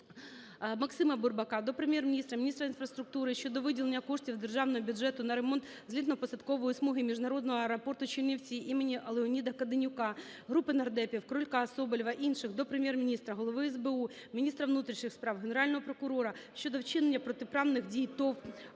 Максима Бурбака до Прем'єр-міністра, міністра інфраструктури щодо виділення коштів з державного бюджету на ремонт злітно-посадкової смуги "Міжнародного аеропорту "Чернівці" імені Леоніда Каденюка". Групи нардепів (Крулька, Соболєва, інших) до Прем'єр-міністра, Голови СБУ, міністра внутрішніх справ, Генерального прокурора щодо вчинення протиправних дій ТОВ